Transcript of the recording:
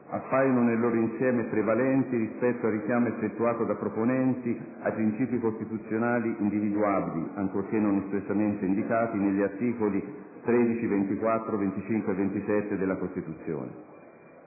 appaiono nel loro insieme prevalenti rispetto al richiamo effettuato dai proponenti ai principi costituzionali individuabili, ancorché non espressamente indicati, negli articoli 13, 24, 25 e 27 della Costituzione.